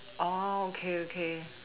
oh okay okay